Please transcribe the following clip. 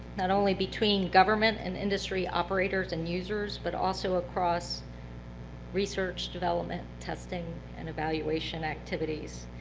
not only between government and industry operators and users, but also across research, development, testing, and evaluation activities.